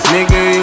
Nigga